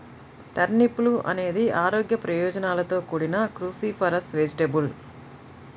టర్నిప్లు అనేక ఆరోగ్య ప్రయోజనాలతో కూడిన క్రూసిఫరస్ వెజిటేబుల్